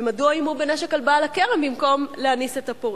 ומדוע איימו בנשק על בעל הכרם במקום להניס את הפורעים?